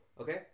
okay